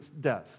death